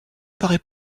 paraît